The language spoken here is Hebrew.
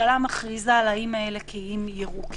הממשלה מכריזה על האיים האלה כאיים ירוקים.